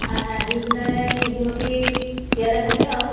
আহি পেলাই সিহঁতি ইয়াতে থাকে আৰু